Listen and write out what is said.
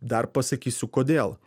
dar pasakysiu kodėl